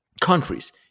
countries